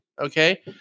Okay